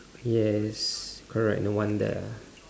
yes correct no wonder